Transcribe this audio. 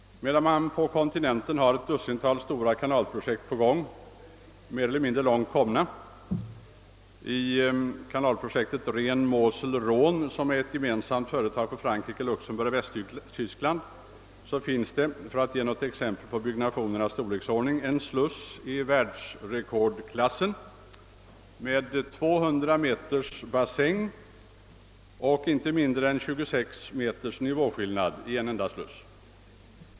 På kontinenten är ett dussintal stora kanalprojekt på gång, mer eller mindre långt avancerade. I kanalprojektet Rhen— Mosel—Rhöne som är ett gemensamt företag för Frankrike, Luxemburg och Västtyskland finns det, för att ge ett exempel på byggnationernas storleksordning, en sluss i världsrekordklass med en bassäng på 200 meter och en nivåskillnad på inte mindre än 26 meter i en enda sluss.